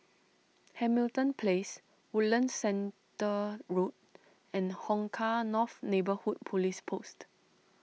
Hamilton Place Woodlands Centre Road and Hong Kah North Neighbourhood Police Post